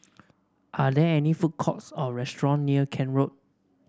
are there food courts or restaurants near Kent Road